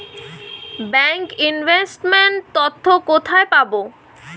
Bank investment তথ্য কোথায় পাব?